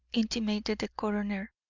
intimated the coroner.